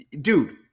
Dude